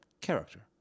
Character